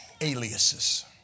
aliases